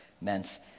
meant